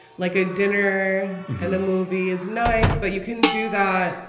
like a dinner and a movie is nice, but you can do that.